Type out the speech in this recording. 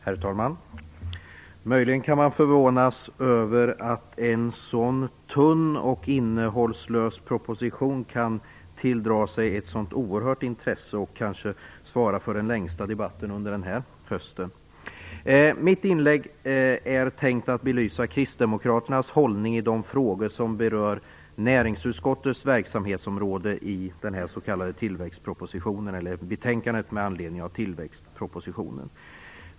Herr talman! Möjligen kan man förvånas över att en så tunn och innehållslös proposition kan tilldra sig ett så oerhört stort intresse. Kanske kommer den att svara för den längsta debatten under den här hösten. Avsikten med mitt inlägg är att belysa kristdemokraternas hållning i de frågor som berör näringsutskottets verksamhetsområde i betänkandet med anledning av tillväxtpropositionen.